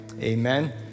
Amen